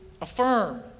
affirm